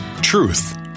Truth